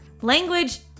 language